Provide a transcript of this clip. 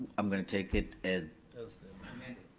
i'm gonna take it as as the